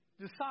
decide